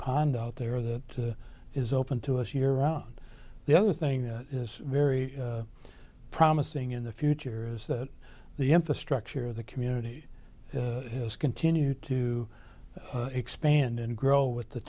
pond out there that is open to us year round the other thing that is very promising in the future is that the infrastructure of the community has continued to expand and grow with the